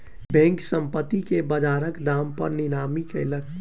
bank, संपत्ति के बजारक दाम पर नीलामी कयलक